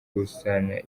gukusanya